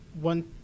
one